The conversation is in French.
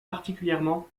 particulièrement